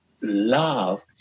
love